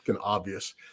obvious